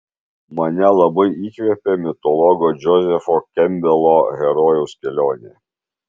mane labai įkvepia mitologo džozefo kempbelo herojaus kelionė